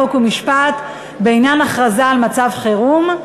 חוק ומשפט בעניין הכרזה על מצב חירום.